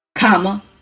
Comma